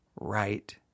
right